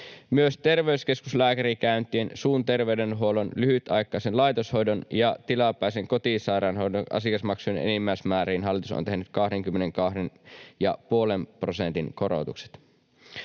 Myös terveyskeskuslääkärikäyntien, suun terveydenhuollon, lyhytaikaisen laitoshoidon ja tilapäisen kotisairaanhoidon asiakasmaksujen enimmäismääriin hallitus on tehnyt 22,5 prosentin korotukset.